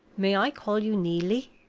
may i call you neelie?